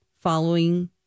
following